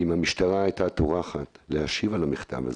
אם המשטרה הייתה טורחת להשיב על המכתב הזה,